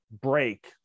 break